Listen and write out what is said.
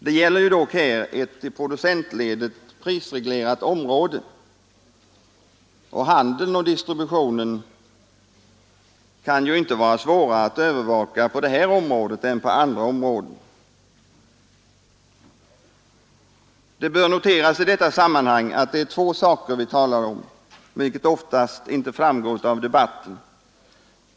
Det gäller dock ett i producentledet prisreglerat område, och handeln och distributionen kan inte vara svårare att övervaka här än på andra områden. Det bör i detta sammanhang noteras att det är två saker vi talar om, vilket oftast inte framgår av debatten.